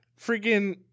freaking